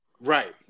Right